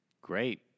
Great